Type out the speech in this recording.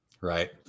Right